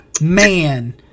man